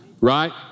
Right